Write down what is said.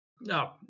No